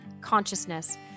Consciousness